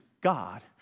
God